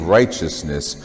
righteousness